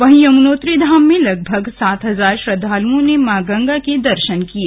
वहीं यमुनोत्री धाम में लगभग सात हजार श्रद्धालुओं ने मां यमुना के दर्शन किये